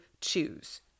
choose